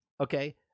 okay